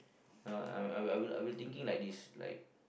uh I will I will I will thinking like this like